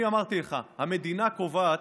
אני אמרתי לך, המדינה קובעת.